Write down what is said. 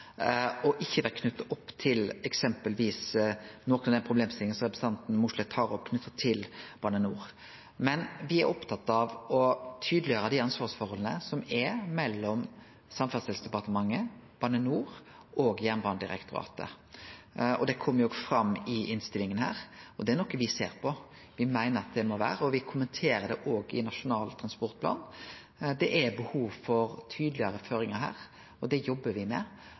ikkje knytt til eksempelvis nokre av dei problemstillingane representanten Mossleth tar opp knytte til Bane NOR. Me er opptatt av å tydeleggjere ansvarsforholdet mellom Samferdselsdepartementet, Bane NOR og Jernbanedirektoratet. Det kjem fram i innstillinga her, og det er noko me ser på. Me meiner, og me kommenterer det òg i Nasjonal transportplan, at det er behov for tydelegare føringar her. Det jobbar me med, og det tenkjer eg er viktig. Eg starta jo innlegget mitt med